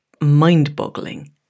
mind-boggling